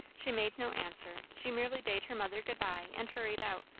she made no answer she merely bade her mother good-bye, and hurried out.